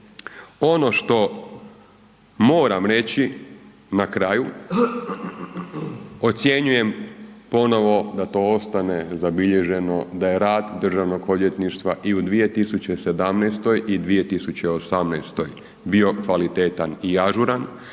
Ono što moram reći na kraju, ocjenjujem ponovno da to ostane zabilježeno da je rad Državnog odvjetništva i u 2017. i 2018. bio kvalitetan i ažuran,